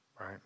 Right